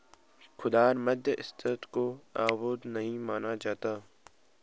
खुदरा मध्यस्थता को अवैध नहीं माना जाता है